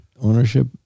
ownership